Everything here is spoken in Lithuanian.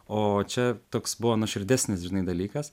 o čia toks buvo nuoširdesnis žinai dalykas